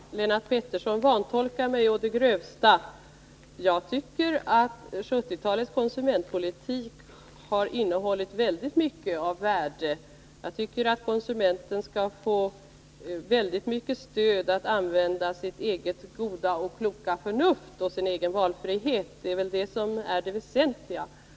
Herr talman! Lennart Pettersson vantolkar mig å det grövsta. Jag tycker att 1970-talets konsumentpolitik har innehållit väldigt mycket av värde. Jag anser att konsumenterna skall få väldigt mycket stöd att använda sitt eget goda och kloka förnuft och sin egen valfrihet. Det är väl det som är det väsentliga.